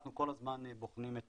אנחנו כל הזמן בוחנים את